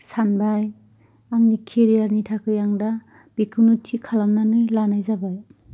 सानबाय आंनि केरियारनि थाखाय आं दा बेखौनो थि खालामनानै लानाय जाबाय